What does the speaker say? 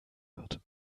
wird